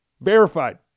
Verified